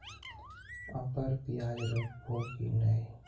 अबर प्याज रोप्बो की नय?